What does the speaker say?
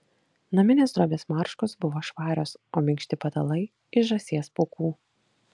naminės drobės marškos buvo švarios o minkšti patalai iš žąsies pūkų